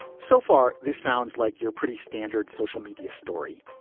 so far, this sounds like your pretty standard social media story.